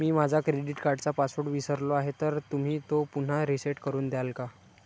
मी माझा क्रेडिट कार्डचा पासवर्ड विसरलो आहे तर तुम्ही तो पुन्हा रीसेट करून द्याल का?